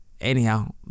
Anyhow